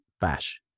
bash